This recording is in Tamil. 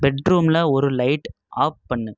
பெட்ரூம்மில் ஒரு லைட் ஆஃப் பண்ணு